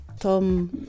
Tom